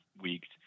weeks